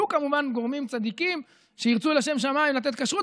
יהיו כמובן גורמים צדיקים שירצו לשם שמיים לתת כשרות,